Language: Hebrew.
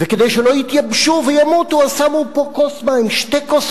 וכדי שלא יתייבשו וימותו שמו פה כוס מים.